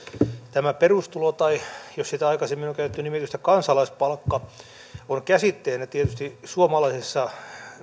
tämä perustulo tai jos siitä aikaisemmin on käytetty nimitystä kansalaispalkka on käsitteenä tietysti suomalaisessa